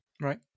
right